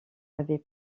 avait